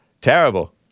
Terrible